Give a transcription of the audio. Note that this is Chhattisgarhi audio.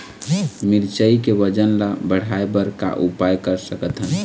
मिरचई के वजन ला बढ़ाएं बर का उपाय कर सकथन?